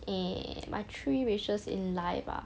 eh my three wishes in life ah